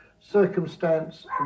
circumstance